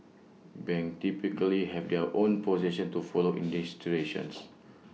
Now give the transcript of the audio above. banks typically have their own position to follow in these situations